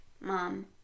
Mom